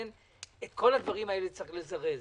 את כל הדברים האלה צריך לזרז.